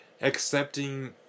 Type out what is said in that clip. accepting